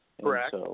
Correct